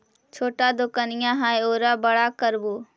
छोटा दोकनिया है ओरा बड़ा करवै?